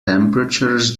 temperatures